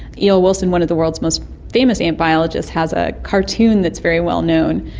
e. o. wilson, one of the world's most famous ant biologists, has a cartoon that's very well-known.